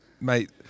mate